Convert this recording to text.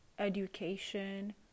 Education